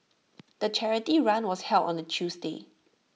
the charity run was held on A Tuesday